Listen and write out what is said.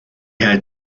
had